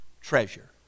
treasure